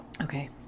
Okay